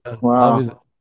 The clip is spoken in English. Wow